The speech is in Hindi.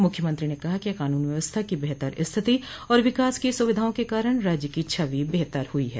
मुख्यमंत्री ने कहा कि कानून व्यवस्था की बेहतर स्थिति और विकास की सुविधाओं के कारण राज्य छवि बेहतर हुई है